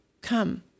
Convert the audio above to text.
Come